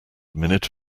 minute